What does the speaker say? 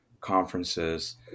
conferences